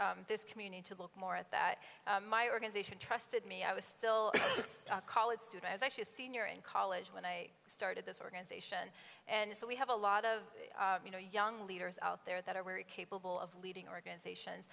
urge this community to look more at that my organization trusted me i was still a college student is actually a senior in college when i started this organization and so we have a lot of you know young leaders out there that are very capable of leading organizations